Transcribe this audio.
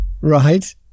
Right